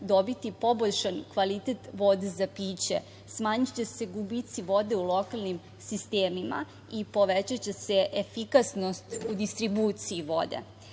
dobiti poboljšan kvalitet vode za piće, smanjiće se gubici vode u lokalnim sistemima i povećaće se efikasnost u distribuciji